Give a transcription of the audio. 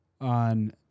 On